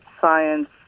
science